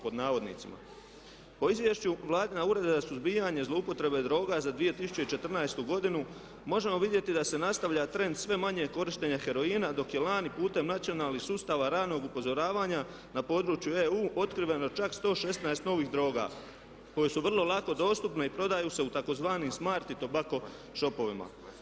Po Izvješću Vladina Ureda za suzbijanje zlouporabe droga za 2014. godinu možemo vidjeti da se nastavlja trend sve manje korištenja heroina dok je lani putem nacionalnih sustava ranog upozoravanja na području EU otkriveno čak 116 novih droga koje su vrlo lako dostupne i prodaju se u tzv. smart i tobacco shopovima.